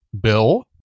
Bill